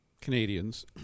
Canadians